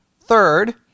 third